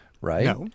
Right